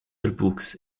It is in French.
books